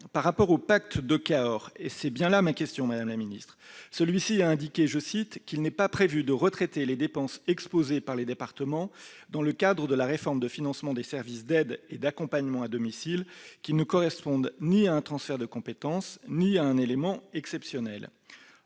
le cadre du pacte de Cahors- et c'est bien là ma question -, a indiqué qu'il n'était « pas prévu de retraiter les dépenses exposées par les départements dans le cadre de la réforme de financement des services d'aide et d'accompagnement à domicile qui ne correspondent ni à un transfert de compétences ni à un élément exceptionnel ».